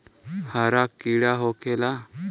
हरा कीड़ा का होखे ला?